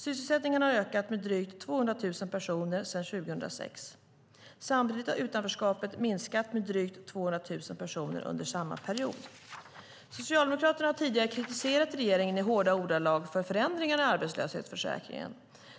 Sysselsättningen har ökat med drygt 200 000 personer sedan 2006. Samtidigt har utanförskapet minskat med drygt 200 000 personer under samma period. Socialdemokraterna har tidigare kritiserat regeringen i hårda ordalag för förändringarna i arbetslöshetsförsäkringen.